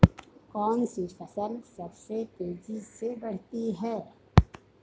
कौनसी फसल सबसे तेज़ी से बढ़ती है?